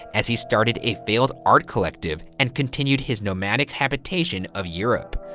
as he started a failed art collective, and continued his nomadic habitation of europe.